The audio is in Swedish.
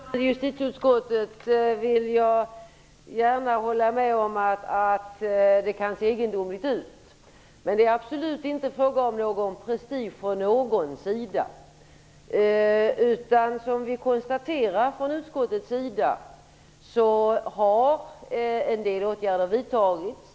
Herr talman! Som ordförande i justitieutskottet vill jag gärna hålla med om att det kan se egendomligt ut. Men det är absolut inte fråga om prestige från någon sida. Som vi konstaterar från utskottets sida har en del åtgärder vidtagits.